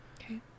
Okay